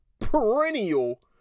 perennial